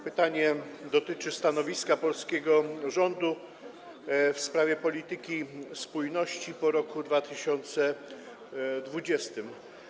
Pytanie dotyczy stanowiska polskiego rządu w sprawie polityki spójności po roku 2020.